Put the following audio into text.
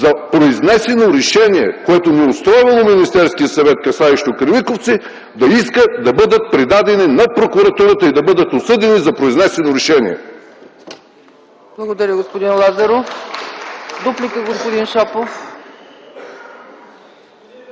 за произнесено решение, което не е устройвало Министерския съвет, касаещо „Кремиковци”, да искат да бъдат предадени на Прокуратурата и да бъдат осъдени за произнесено решение.